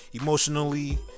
emotionally